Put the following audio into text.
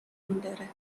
داره